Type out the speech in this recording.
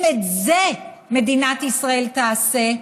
אם את זה מדינת ישראל תעשה,